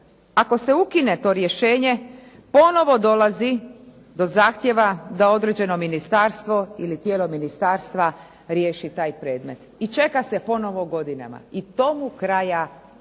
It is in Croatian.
Ako se ukine to rješenje ponovo dolazi do zahtjeva da određeno ministarstvo ili tijelo ministarstva riješi taj predmet i čeka se ponovo godinama. I tomu kraja nema.